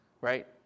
Right